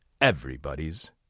everybody's